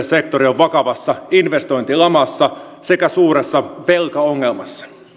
on vakavassa investointilamassa sekä suuressa velkaongelmassa kun